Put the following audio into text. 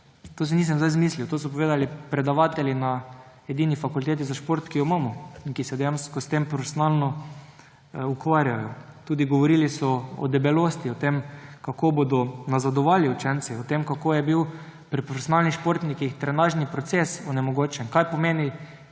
Tega si nisem zdaj izmislil, to so povedali predavatelji na edini Fakulteti za šport, ki jo imamo in kjer se dejansko s tem profesionalno ukvarjajo. Tudi govorili so o debelosti, o tem, kako bodo nazadovali učenci, o tem, kako je bil pri profesionalnih športnikih trenažni proces onemogočen. Kaj pomeni,